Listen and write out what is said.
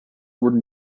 were